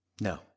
No